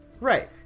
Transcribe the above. right